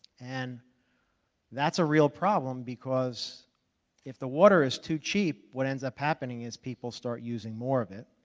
and that's a real problem because if the water is too cheap, what ends up happening is people start using more of it.